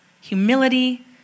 humility